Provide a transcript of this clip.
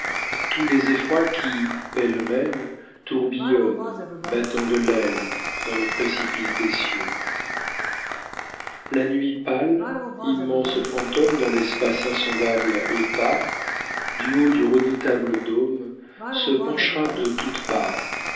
tous les effrois qui pêle-mêle tourbillonnent battant de l'aile dans le précipice des cieux la nuit pâle immense fantôme dans l'espace insondable épars du haut du redoutable dôme se penchera de toutes parts